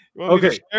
Okay